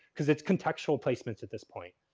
because it's contextual placements at this point.